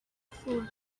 full